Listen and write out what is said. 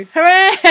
Hooray